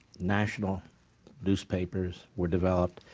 national newspapers were developed,